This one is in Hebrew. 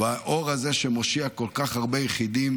והאור הזה שמושיע כל כך הרבה יחידים